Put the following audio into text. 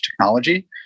technology